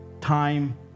Time